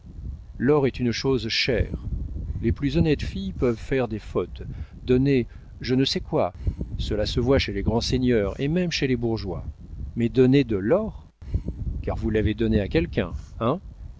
l'or est une chose chère les plus honnêtes filles peuvent faire des fautes donner je ne sais quoi cela se voit chez les grands seigneurs et même chez les bourgeois mais donner de l'or car vous l'avez donné à quelqu'un hein